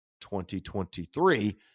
2023